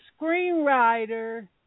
screenwriter